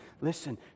Listen